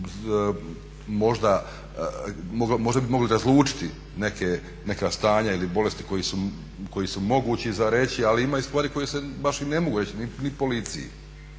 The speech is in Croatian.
možda bi mogli razlučiti neka stanja ili bolesti koje su moguće za reći, ali ima stvari koje se baš i ne mogu reći ni policiji.